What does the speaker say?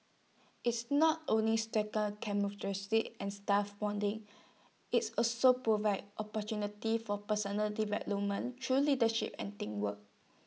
it's not only camaraderie and staff bonding IT also provides opportunities for personal development through leadership and teamwork